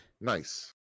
Nice